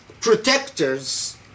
protectors